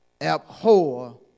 abhor